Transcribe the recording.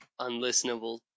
unlistenable